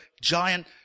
giant